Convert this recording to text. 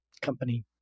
company